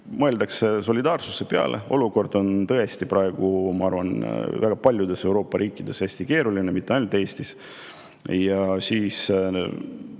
mõeldakse solidaarsuse peale. Olukord on praegu tõesti, ma arvan, väga paljudes Euroopa riikides hästi keeruline, mitte ainult Eestis. Ja